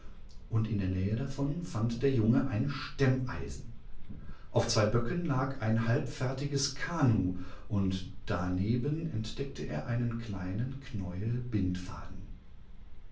und in der nähe davon fand der junge ein stemmeisen auf zwei böcken lag ein halbfertiges kanu und daneben entdeckte er einen kleinenknäuelbindfaden